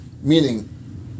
meaning